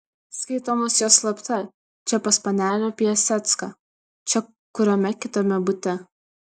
skaitomos jos slapta čia pas panelę piasecką čia kuriame kitame bute